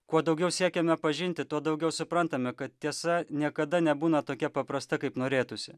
kuo daugiau siekiame pažinti tuo daugiau suprantame kad tiesa niekada nebūna tokia paprasta kaip norėtųsi